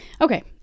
okay